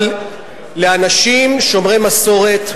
אבל לאנשים שומרי מסורת,